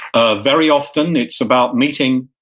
ah very often it's about meeting,